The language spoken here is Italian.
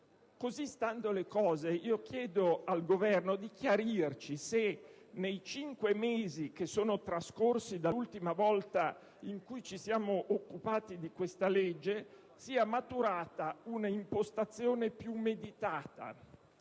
Così stando le cose, chiedo al Governo di chiarirci se, nei cinque mesi che sono trascorsi dall'ultima volta in cui ci siamo occupati di questo provvedimento, sia maturata un'impostazione più meditata,